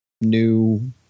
new